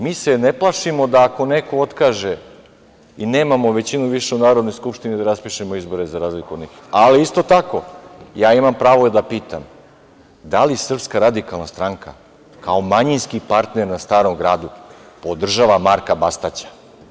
Mi se ne plašimo da ako neko otkaže i nemamo većinu više u Narodnoj skupštini, da raspišemo izbore za razliku od nekih, ali isto tako ja imam pravo da pitam, da li SRS kao manjinski partner na Starom gradu podržava Marka Bastaća?